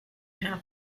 half